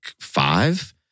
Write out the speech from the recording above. five